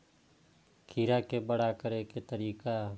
खीरा के बड़ा करे के तरीका?